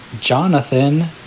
jonathan